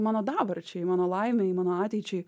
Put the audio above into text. mano dabarčiai mano laimei mano ateičiai